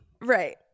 Right